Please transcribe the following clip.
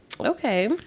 Okay